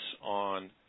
on